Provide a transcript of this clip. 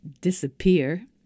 disappear